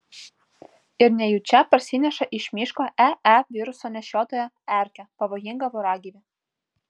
ir nejučia parsineša iš miško ee viruso nešiotoją erkę pavojingą voragyvį